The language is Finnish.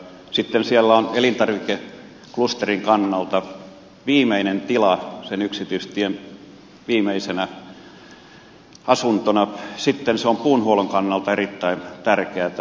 sitten siellä on elintarvikeklusterin kannalta viimeinen tila sen yksityistien viimeisenä asuntona ja sitten se on puuhuollon kannalta erittäin tärkeätä